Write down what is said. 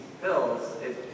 pills